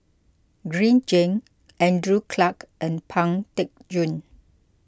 Green Zeng Andrew Clarke and Pang Teck Joon